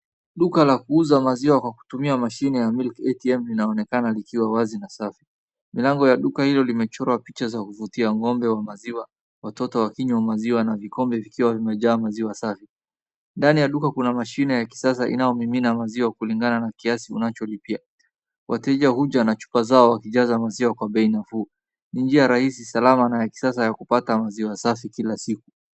Duka la kuuza maziwa kwa kutumia mashine ya milk atm inaonekana likiwa wazi na safi, milango ya duka hilo limechorwa picha za kuvutia ng'ombe wa maziwa, watoto wakinywa maziwa na vikombe vikiwa vimejaa maziwa safi. Ndani ya duka kuna mashine ya kisasa inayo mimina maziwa kulingana na kiasi unacholipia wateja huja na chupa zao wakijaza maziwa kwa bei nafuu, ni njia rahisi salama na ya kisasa ya kupata maziwa safi kila siku.